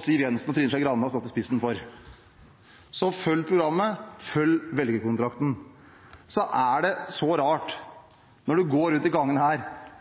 Siv Jensen og Trine Skei Grande har stått i spissen for. Så følg programmet, følg velgerkontrakten. Så er det så rart når en går rundt i gangene her.